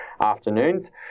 afternoons